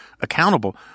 accountable